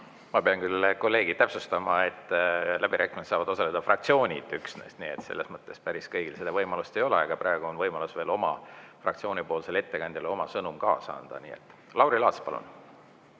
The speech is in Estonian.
Ma pean küll kolleegi täpsustama, et läbirääkimistel saavad osaleda üksnes fraktsioonid, nii et selles mõttes päris kõigil seda võimalust ei ole, aga praegu on võimalus veel oma fraktsioonipoolsele ettekandjale oma sõnum kaasa anda. Lauri Laats, palun!